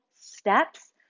steps